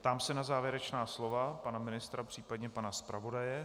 Ptám se na závěrečná slova pana ministra, případně pana zpravodaje.